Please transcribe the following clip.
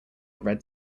red